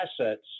assets